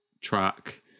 track